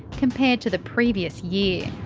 compared to the previous year.